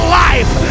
life